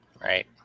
Right